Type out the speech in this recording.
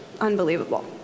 unbelievable